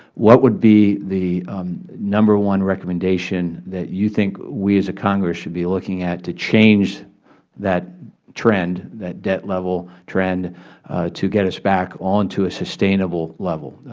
what would be the number one recommendation that you think we as a congress should be looking at to change that trend, that debt level trend to get us back onto a sustainable level?